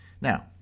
Now